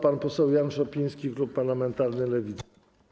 Pan poseł Jan Szopiński, klub parlamentarny Lewica.